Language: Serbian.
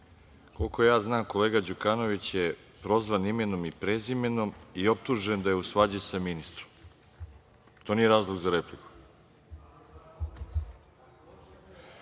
Koliko ja znam, kolega Đukanović je prozvan imenom i prezimenom i optužen da je u svađi sa ministrom. To nije razlog za repliku?(Srđan